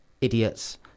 idiots